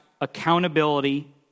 accountability